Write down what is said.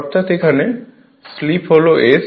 অর্থাৎ এখানে স্লিপ হল S